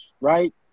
right